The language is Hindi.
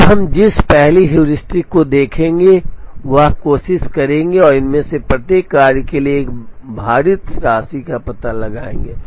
अब हम जिस पहली हेयुरिस्टिक को देखेंगे वह कोशिश करेंगे और इनमें से प्रत्येक कार्य के लिए एक भारित राशि का पता लगाएंगे